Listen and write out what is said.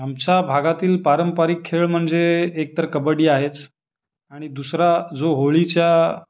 आमच्या भागातील पारंपरिक खेळ म्हणजे एकतर कबड्डी आहेच आणि दुसरा जो होळीच्या